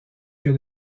que